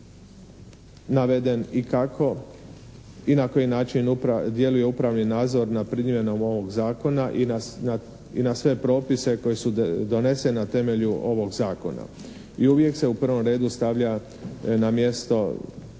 i na koji način djeluje upravni nadzor nad primjenom ovog Zakona i na sve propise koji su doneseni na temelju ovog Zakona. I uvijek se u prvom redu stavlja na mjesto te